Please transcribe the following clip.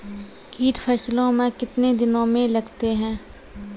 कीट फसलों मे कितने दिनों मे लगते हैं?